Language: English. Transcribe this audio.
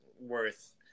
worth